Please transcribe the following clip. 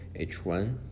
h1